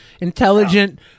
intelligent